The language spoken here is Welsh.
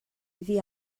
iddi